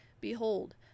Behold